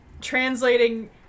translating